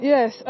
Yes